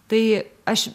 tai aš